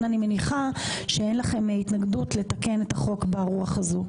אני מניחה שאין לכם התנגדות לתקן את החוק ברוח הזו.